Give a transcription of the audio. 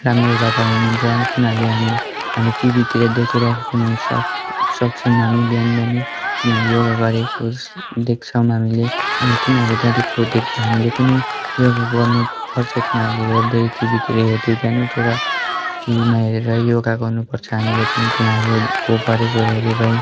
रामदेव बाबा हुनुहुन्छ तिनीहरूलाई हामी हामी टिभीतिर देखिरहेको हुनुसक् सक्छौँ हामी बिहान बिहानै किनभने योगा गरेको देख्छौँ हामीले अनि तिनीहरूले गरेको देख्दा हामीले पनि योगा गर्नुपर्छ तिनीहरूलाई हेर्दै टिभीतिर हेर्दै बिहान उठेर टिभीमा हेरेर योगा गर्नुपर्छ हामीले पनि तिनीहरूको गरेको हेरेरै